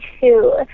two